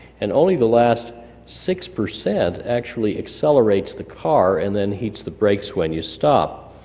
and only the last six percent actually accelerates the car, and then heats the brakes when you stop,